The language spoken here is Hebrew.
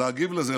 להגיב על זה,